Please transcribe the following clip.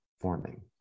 forming